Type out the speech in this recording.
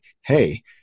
Hey